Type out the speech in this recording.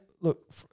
look